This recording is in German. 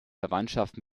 verwandtschaft